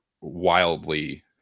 wildly